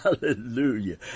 Hallelujah